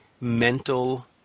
Mental